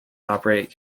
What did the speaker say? operate